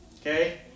Okay